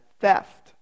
theft